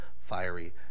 fiery